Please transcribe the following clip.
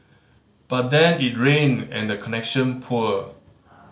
but then it rained and the connection poor